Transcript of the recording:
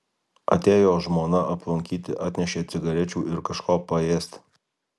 atėjo žmona aplankyti atnešė cigarečių ir kažko paėsti